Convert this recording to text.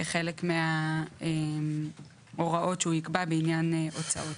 כחלק מההוראות שיקבע בעניין ההוצאות.